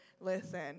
Listen